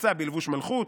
"'יצא בלבוש מלכות,